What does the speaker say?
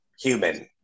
human